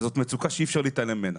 מצוקה שאי-אפשר להתעלם ממנה.